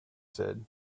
said